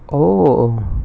oh